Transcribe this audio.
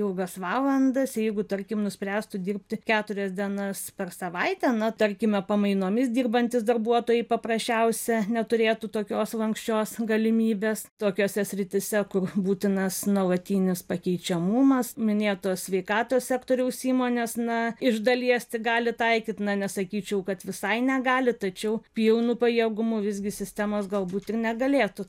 ilgas valandas jeigu tarkim nuspręstų dirbti keturias dienas per savaitę na tarkime pamainomis dirbantys darbuotojai paprasčiausia neturėtų tokios lanksčios galimybės tokiose srityse kur būtinas nuolatinis pakeičiamumas minėtos sveikatos sektoriaus įmonės na iš dalies tik gali taikyti na nesakyčiau kad visai negali tačiau pilnu pajėgumu visgi sistemos galbūt ir negalėtų